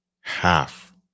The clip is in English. half